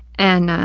and,